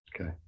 Okay